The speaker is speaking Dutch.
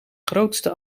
grootste